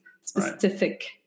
specific